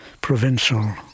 provincial